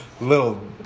little